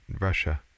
Russia